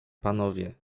panowie